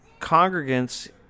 congregants